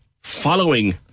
following